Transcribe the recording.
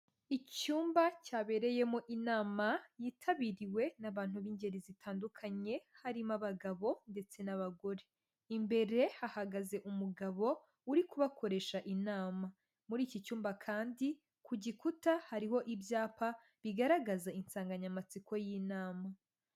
Icyumba cyabereyemo inama yitabiriwe n'abantu b'ingeri zitandukanye harimo abagabo ndetse n'abagore. Imbere hahagaze umugabo uri kubakoresha inama. Muri iki cyumba kandi ku gikuta hariho ibyapa bigaragaza insanganyamatsiko y'inama.